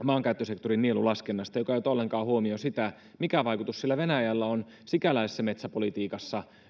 maankäyttösektorin nielulaskennasta joka ei ota ollenkaan huomioon sitä mikä vaikutus sillä on venäjällä sikäläisessä metsäpolitiikassa